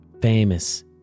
famous